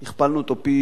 הכפלנו אותו פי-שלושה,